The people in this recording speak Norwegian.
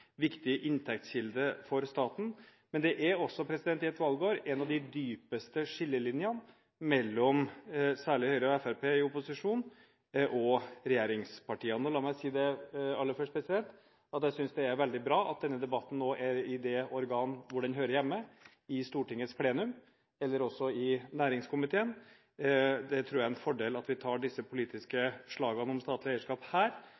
viktig inntektskilde for staten. Men det er også, i et valgår, en av de dypeste skillelinjene mellom særlig Høyre og Fremskrittspartiet i opposisjon og regjeringspartiene. Og la meg aller først si at jeg synes det er veldig bra at denne debatten nå er i det organ hvor den hører hjemme: i Stortingets plenum eller også i næringskomiteen. Jeg tror det er en fordel at vi tar disse politiske slagene om statlig eierskap her